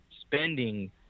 spending